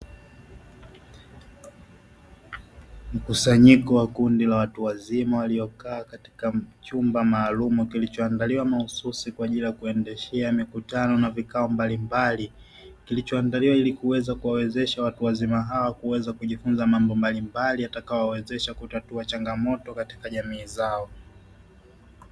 Mkusanyiko wa kundi la watu wazima, waliokaa katika chumba maalumu, kilichoandaliwa mahususi kwa ajili ya kuendeshea mikutano na vikao mbalimbali. Kilichoandaliwa ili kuweza kuwawezesha watu wazima hao ili kuweza kujifunza mambo mbalimbali, yatakayo wawezesha kutatua changamoto katika jamii zao.